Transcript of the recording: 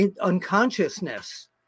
unconsciousness